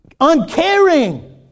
uncaring